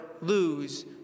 lose